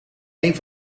één